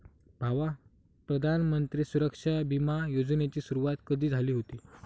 भावा, प्रधानमंत्री सुरक्षा बिमा योजनेची सुरुवात कधी झाली हुती